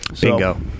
Bingo